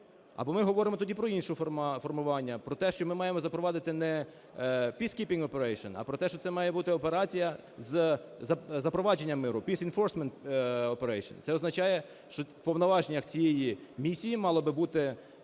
Або ми говоримо тоді про інше формулювання - про те, що ми маємо запровадити не peacekeeping operation, а про те, що це має бути операція з запровадженням миру – peace enforcement operation. Це означає, що в повноваженнях цієї місії мало би бути